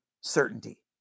certainty